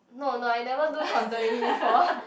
no no I never do contouring before